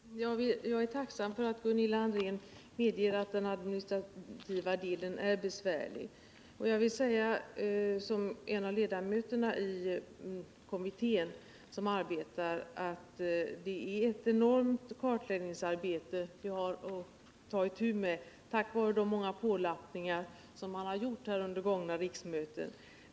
Herr talman! Jag är tacksam för att Gunilla André medger att den administrativa delen är besvärlig. Och jag vill säga, såsom varande en av ledamöterna i den kommitté som arbetar med dessa frågor, att det är ett enormt kartläggningsarbete vi har att ta itu med — tack vare de många pålappningar som man har gjort under gångna riksmöten.